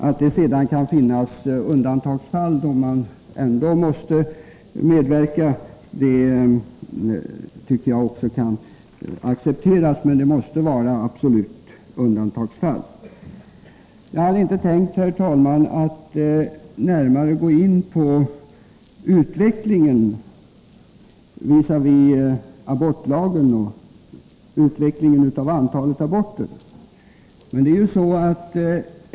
Att det sedan kan finnas undantagsfall, där man ändå måste medverka, tycker jag också kan accepteras. Men det måste vara absoluta undantagsfall. Herr talman! Jag hade inte tänkt närmare gå in på utvecklingen av antalet aborter visavi abortlagen.